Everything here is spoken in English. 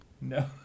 No